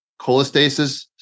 cholestasis